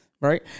right